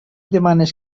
demanes